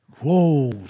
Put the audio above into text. Whoa